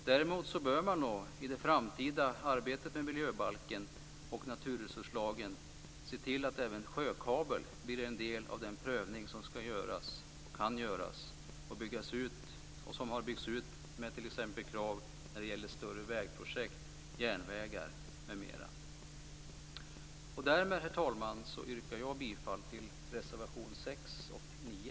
Däremot bör man i det framtida arbetet med miljöbalken och naturresurslagen se till att även sjökabel blir en del av den prövning som skall göras och kan göras och som har byggts ut med krav när det gäller t.ex. större vägprojekt, järnvägar, m.m. Därmed, herr talman, yrkar jag bifall till reservationerna 6 och 9.